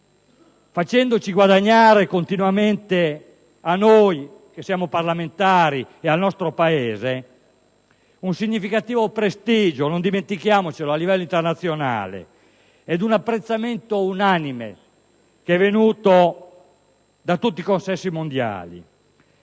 facendo guadagnare continuamente a noi parlamentari e al nostro Paese un significativo prestigio - non dobbiamo dimenticarlo - a livello internazionale ed un apprezzamento unanime da parte di tutti i consessi mondiali.